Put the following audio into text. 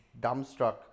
dumbstruck